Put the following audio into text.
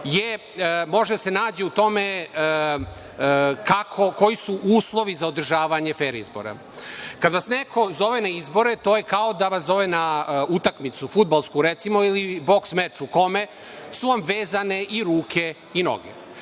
može da se nađe u tome kako, koji su uslovi za održavanje fer izbora. Kada vas neko zove na izbore, to je kao da vas zove na utakmicu fudbalsku recimo, ili boks meč, u kome su vam vezane i ruke i noge.